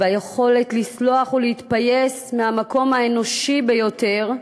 על היכולת לסלוח ולהתפייס מהמקום האנושי ביותר,